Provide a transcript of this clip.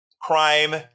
crime